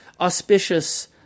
auspicious